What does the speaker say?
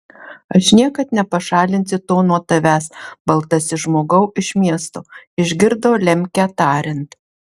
aš niekad nepašalinsiu to nuo tavęs baltasis žmogau iš miesto išgirdo lemkę tariant